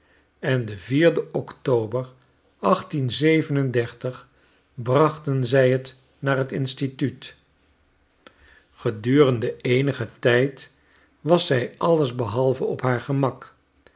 en den october brachten zij het naar t instituut gedurende eenigen tijd was zij allesbehalve op haar gemak